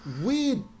weird